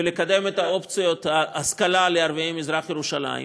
ולקדם את אופציות ההשכלה לערביי מזרח-ירושלים